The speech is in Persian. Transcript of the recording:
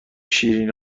شیرینی